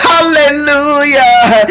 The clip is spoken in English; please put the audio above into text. Hallelujah